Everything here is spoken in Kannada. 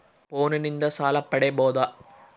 ಫೋನಿನಿಂದ ಸಾಲ ಪಡೇಬೋದ?